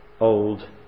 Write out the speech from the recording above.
old